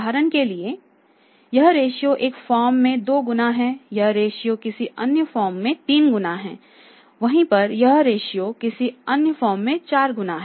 उदाहरण के लिए यह रेशियो एक फर्म में दो गुना है यह रेशियो किसी अन्य फर्म में 3 गुना है यह रेशियो किसी अन्य फर्म में 4 गुना है